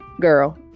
girl